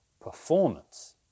performance